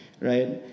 right